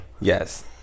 Yes